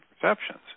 perceptions